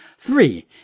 Three